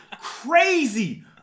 crazy